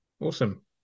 awesome